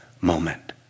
moment